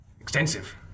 extensive